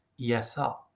esl